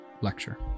lecture